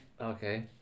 Okay